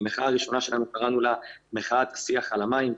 למחאה הראשונה שלנו קראנו מחאת שיח על המים,